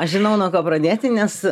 aš žinau nuo ko pradėti nes